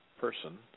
person